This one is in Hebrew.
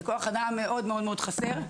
וכוח אדם מאוד מאוד חסר.